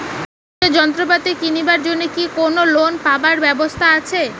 চাষের যন্ত্রপাতি কিনিবার জন্য কি কোনো লোন পাবার ব্যবস্থা আসে?